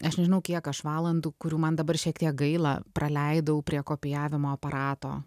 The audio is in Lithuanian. aš nežinau kiek aš valandų kurių man dabar šiek tiek gaila praleidau prie kopijavimo aparato